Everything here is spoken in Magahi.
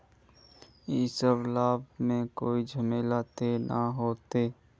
इ सब लाभ में कोई झमेला ते नय ने होते?